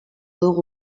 dugu